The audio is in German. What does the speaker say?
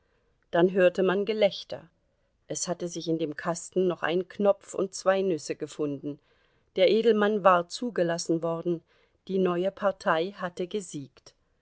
dann hörte man gelächter es hatten sich in dem kasten noch ein knopf und zwei nüsse gefunden der edelmann war zugelassen worden die neue partei hatte gesiegt